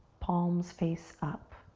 palms face up.